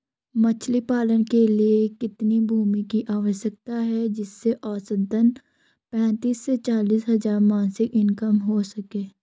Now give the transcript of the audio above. मछली पालन के लिए कितनी भूमि की आवश्यकता है जिससे औसतन पैंतीस से चालीस हज़ार मासिक इनकम हो सके?